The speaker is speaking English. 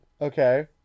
Okay